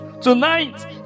tonight